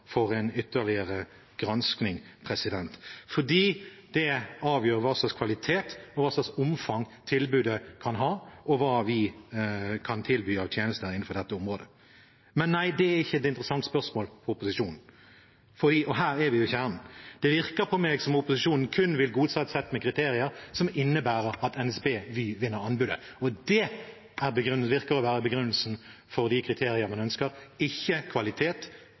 for en ytterligere granskning, fordi det avgjør hvilken kvalitet og hvilket omfang tilbudet kan ha, og hva vi kan tilby av tjenester innenfor dette området. Men nei, det er ikke et interessant spørsmål for opposisjonen, og her er vi ved kjernen. Det virker på meg som om opposisjonen kun vil godta et sett med kriterier som innebærer at NSB/Vy vinner anbudet, og det virker å være begrunnelsen for de kriterier man ønsker – ikke kvalitet,